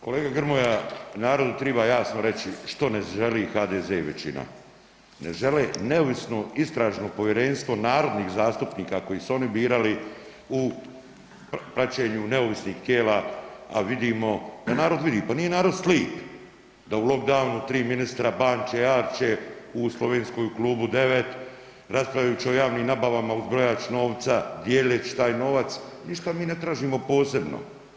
Kolega Grmoja narodu triba narodu reći što ne želi HDZ većina, ne žele neovisno istražno povjerenstvo narodnih zastupnika koji su oni birali u praćenju neovisnih tijela, a vidimo da narod vidi, pa nije narod slip da u lockdownu banče, arče u Slovenskoj u klubu 9 raspravljajući o javnim nabavama uz brojač novca, dijeleći taj novac, ništa mi ne tražimo posebno.